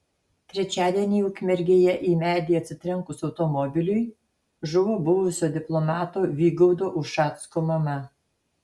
trečiadienį ukmergėje į medį atsitrenkus automobiliui žuvo buvusio diplomato vygaudo ušacko mama